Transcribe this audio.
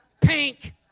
pink